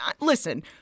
listen